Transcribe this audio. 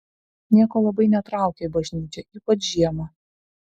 nieko labai netraukia į bažnyčią ypač žiemą